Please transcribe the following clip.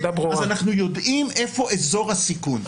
אנחנו יודעים איפה אזור הסיכון.